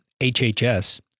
HHS